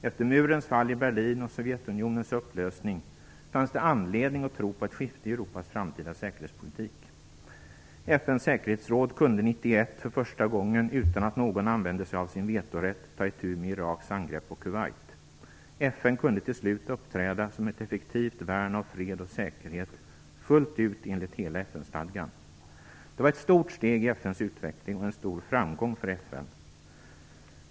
Efter murens fall i Berlin och Sovjetunionens upplösning fanns det anledning att tro på ett skifte i Europas framtida säkerhetspolitik. FN:s säkerhetsråd kunde 1991, för första gången utan att någon använde sig av sin vetorätt, ta itu med Iraks angrepp på Kuwait. FN kunde till slut uppträda som ett effektivt värn av fred och säkerhet fullt ut enligt hela FN-stadgan. Det var ett stort steg i FN:s utveckling och en stor framgång för FN.